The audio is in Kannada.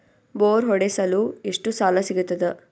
ಬೋರ್ ಹೊಡೆಸಲು ಎಷ್ಟು ಸಾಲ ಸಿಗತದ?